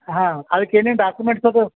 ಹಾಂ ಅದಕ್ಕೆ ಏನೇನು ಡಾಕ್ಯುಮೆಂಟ್ಸ್ ಬೇಕೊ